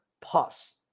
puffs